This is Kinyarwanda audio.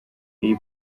iyi